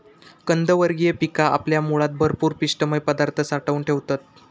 कंदवर्गीय पिका आपल्या मुळात भरपूर पिष्टमय पदार्थ साठवून ठेवतत